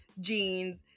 jeans